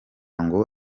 ngo